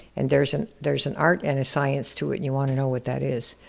and there's an there's an art and a science to it, you wanna know what that is.